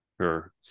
Sure